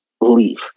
leave